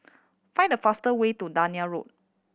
find the faster way to Dunearn Road